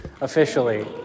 officially